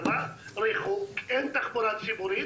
אין תחבורה ציבורית,